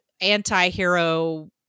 anti-hero